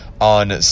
on